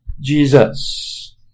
Jesus